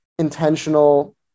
intentional